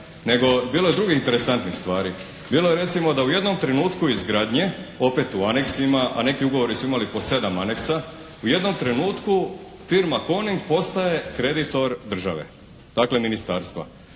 Nego bilo je drugih interesantnih stvari. Bilo je recimo da u jednom trenutku izgradnje, opet u aneksima, a neki ugovori su imali po 7 aneksa. U jednom trenutku firma "Coning" postaje kreditor države, dakle ministarstva.